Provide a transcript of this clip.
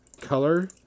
color